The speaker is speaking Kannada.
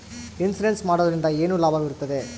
ಇನ್ಸೂರೆನ್ಸ್ ಮಾಡೋದ್ರಿಂದ ಏನು ಲಾಭವಿರುತ್ತದೆ?